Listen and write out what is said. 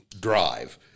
drive